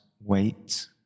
wait